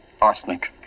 arsenic